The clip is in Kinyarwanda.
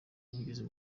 ubugizi